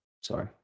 Sorry